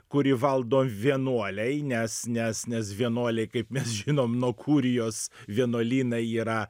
kurį valdo vienuoliai nes nes nes vienuoliai kaip mes žinom nuo kurijos vienuolynai yra